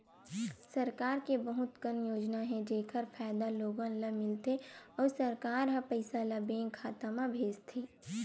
सरकार के बहुत कन योजना हे जेखर फायदा लोगन ल मिलथे अउ सरकार ह पइसा ल बेंक खाता म भेजथे